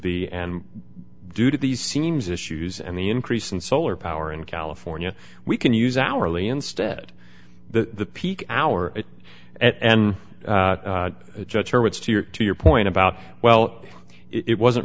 be and due to these seams issues and the increase in solar power in california we can use hourly instead the peak hour at and judge her words to your to your point about well it wasn't